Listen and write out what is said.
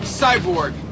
cyborg